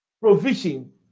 provision